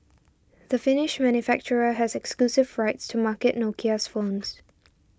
the Finnish manufacturer has exclusive rights to market Nokia's phones